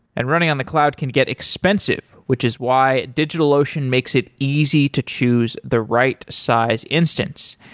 and running on the cloud can get expensive, which is why digitalocean makes it easy to choose the right size instance.